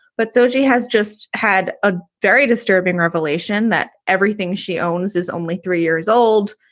but so she has just had a very disturbing revelation that everything she owns is only three years old.